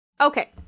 Okay